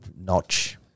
notch